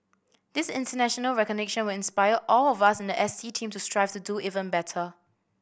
this international recognition will inspire all of us in the S T team to strive to do even better